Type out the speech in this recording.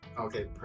okay